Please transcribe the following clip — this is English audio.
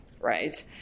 right